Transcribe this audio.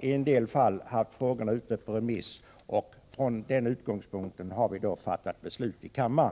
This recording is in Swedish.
i en del fall har frågorna varit ute på remiss. Från den utgångspunkten har vi fattat beslut i kammaren.